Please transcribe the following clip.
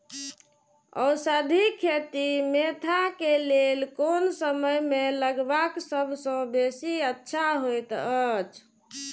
औषधि खेती मेंथा के लेल कोन समय में लगवाक सबसँ बेसी अच्छा होयत अछि?